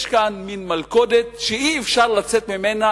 יש כאן מין מלכודת שאי-אפשר לצאת ממנה